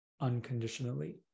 unconditionally